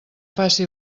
faci